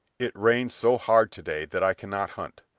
it rains so hard to-day that i cannot hunt,